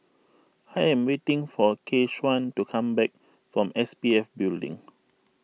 I am waiting for Keshaun to come back from S P F Building